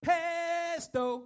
Pesto